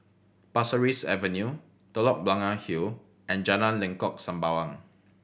Pasir Ris Avenue Telok Blangah Hill and Jalan Lengkok Sembawang